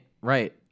Right